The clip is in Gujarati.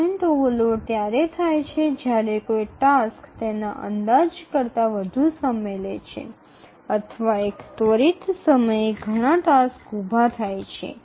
ટ્રાનઝિયન્ટ ઓવરલોડ ત્યારે થાય છે જ્યારે કોઈ ટાસ્ક તેના અંદાજ કરતાં વધુ સમય લે છે અથવા એક ત્વરિત સમયે ઘણા ટાસક્સ ઉભા થાય છે